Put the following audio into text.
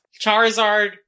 Charizard